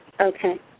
Okay